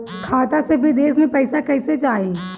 खाता से विदेश मे पैसा कईसे जाई?